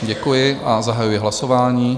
Děkuji a zahajuji hlasování.